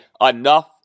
enough